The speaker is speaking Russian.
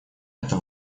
это